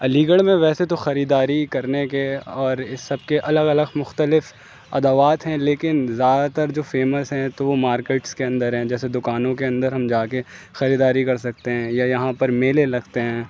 علی گڑھ میں ویسے تو خریداری کرنے کے اور اس سب کے الگ الگ مختلف ادوات ہیں لیکن زیادہ تر جو فیمس ہیں تو وہ مارکٹس کے اندر ہیں جیسے دکانوں کے اندر ہم جا کے خریداری کر سکتے ہیں یا یہاں پر میلے لگتے ہیں